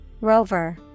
Rover